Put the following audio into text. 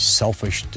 selfish